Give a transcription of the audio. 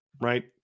Right